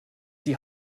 die